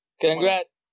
Congrats